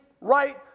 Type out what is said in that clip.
right